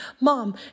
mom